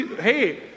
Hey